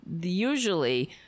usually